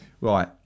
right